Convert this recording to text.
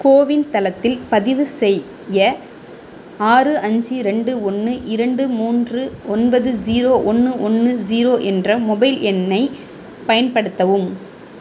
CoWIN தளத்தில் பதிவு செய்ய ஆறு அஞ்சு ரெண்டு ஒன்று இரண்டு மூன்று ஒன்பது ஜீரோ ஒன்று ஒன்னு ஜீரோ என்ற மொபைல் எண்ணை பயன்படுத்தவும்